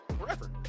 Forever